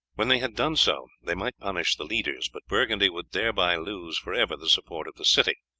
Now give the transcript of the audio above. when they had done so they might punish the leaders, but burgundy would thereby lose for ever the support of the city,